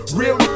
real